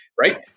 right